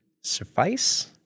suffice